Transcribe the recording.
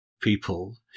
people